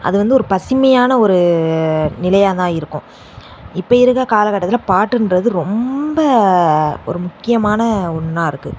அது வந்து ஒரு பசுமையான ஒரு நிலையாக தான் இருக்கும் இப்போ இருக்கிற காலகட்டத்தில் பாட்டுகிறது ரொம்ப ஒரு முக்கியமான ஒன்றா இருக்குது